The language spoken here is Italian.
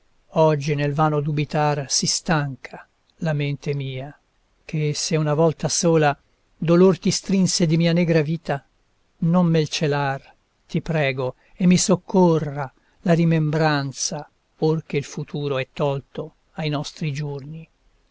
oggi nel vano dubitar si stanca la mente mia che se una volta sola dolor ti strinse di mia negra vita non mel celar ti prego e mi soccorra la rimembranza or che il futuro è tolto ai nostri giorni